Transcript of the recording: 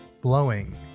blowing